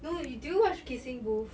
you know you do you watch kissing booth